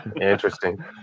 interesting